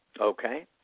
Okay